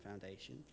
foundation